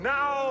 Now